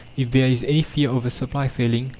if there is any fear of the supply failing,